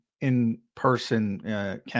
in-person